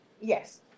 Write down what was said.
yes